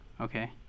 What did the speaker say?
Okay